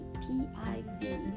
p-i-v